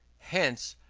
hence,